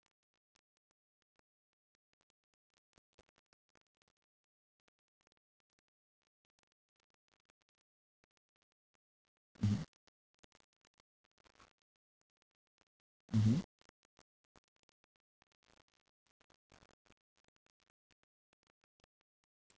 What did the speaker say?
mmhmm mmhmm